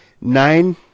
Nine